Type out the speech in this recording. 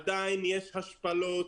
עדיין יש השפלות,